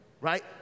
right